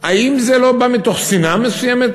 האם זה לא בא מתוך שנאה מסוימת